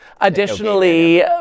Additionally